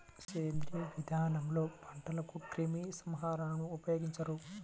సేంద్రీయ విధానంలో పంటలకు క్రిమి సంహారకాలను ఉపయోగించరు